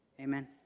Amen